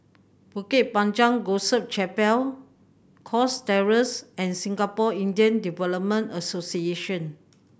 Bukit Panjang Gospel Chapel Cox Terrace and Singapore Indian Development Association